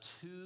Two